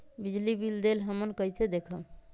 बिजली बिल देल हमन कईसे देखब?